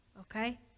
Okay